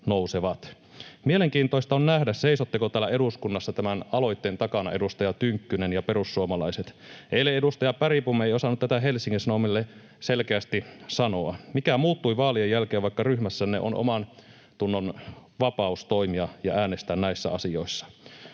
Mielenkiintoista on nähdä, seisotteko täällä eduskunnassa tämän aloitteen takana, edustaja Tynkkynen ja perussuomalaiset. Eilen edustaja Bergbom ei osannut tätä Helsingin Sanomille selkeästi sanoa. Mikä muuttui vaalien jälkeen, vaikka ryhmässänne on omantunnonvapaus toimia ja äänestää näissä asioissa?